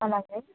అలాగే